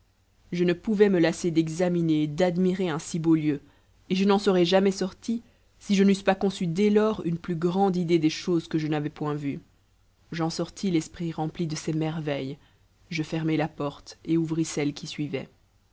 je ne pouvais me lasser d'examiner et d'admirer un si beau lieu et je n'en serais jamais sorti si je n'eusse pas conçu dès lors une plus grande idée des autres choses que je n'avais point vues j'en sortis l'esprit rempli de ces merveilles je fermai la porte et ouvris celle qui suivait